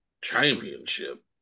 championship